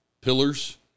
pillars